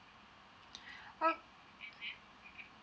oh